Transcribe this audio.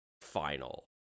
final